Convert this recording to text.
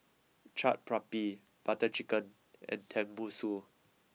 Chaat Papri Butter Chicken and Tenmusu